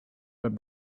but